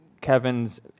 Kevin's